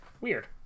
Weird